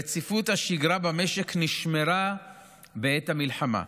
רציפות השגרה במשק נשמרה בעת המלחמה.